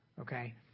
okay